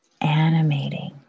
animating